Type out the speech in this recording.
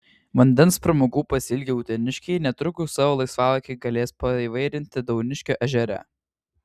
vandens pramogų pasiilgę uteniškiai netrukus savo laisvalaikį galės paįvairinti dauniškio ežere